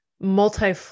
multi